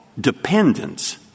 dependence